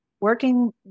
working